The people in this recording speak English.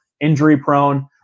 Injury-prone